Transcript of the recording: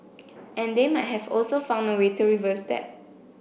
and they might have also found a way to reverse that